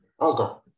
Okay